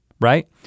right